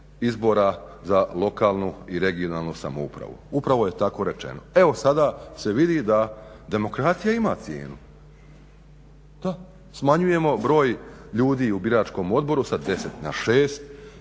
izbora za lokalnu i regionalnu samoupravu, upravo je tako rečeno. Evo sada se vidi da demokracija ima cijenu, da smanjujemo broj ljudi u biračkom odboru sa 10 na 6